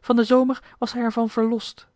van den zomer was hij er van verlost